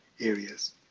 areas